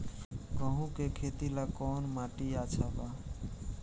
गेहूं के खेती ला कौन माटी अच्छा बा?